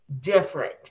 different